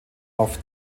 auf